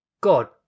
God